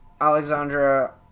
Alexandra